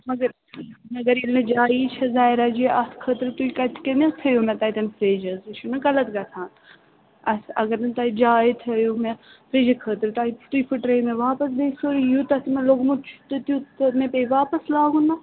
مگر مگر ییٚلہِ نہٕ جایی چھےٚ ظایراجی اَتھ خٲطرٕ تُہۍ کَتہِ کٔنۍ حَظ تھٲوِو مےٚ تَتٮ۪ن فرٛج حظ یہِ چھُ نہٕ غلط گژھان اَسہِ اگر نہٕ تَتہِ جایہِ تھٲوِو مےٚ فرٛجہِ خٲطرٕ تۄہہِ تُہۍ پھُٹرٛٲوِو مےٚ واپَس بیٚیہِ سورُے یوٗتاہ مےٚ لوٚگمُت چھُ تہٕ تیٛوٗت تہٕ مےٚ پیٚیہِ واپَس لاگُن اَتھ